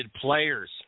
players